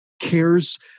cares